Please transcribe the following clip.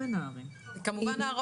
אבל כשאין שביתה,